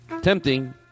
Tempting